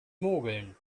mogeln